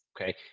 okay